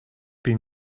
been